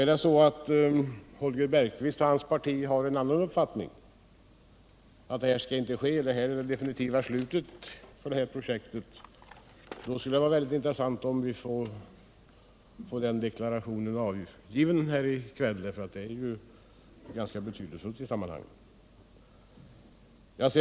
Är det så att Holger Bergqvist och hans parti har en annan uppfattning och menar att detta är det definitiva slutet på projektet, vore det mycket intressant att få en sådan deklaration avgiven här i kväll. Det skulle vara ganska betydelsefullt i sammanhanget.